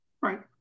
right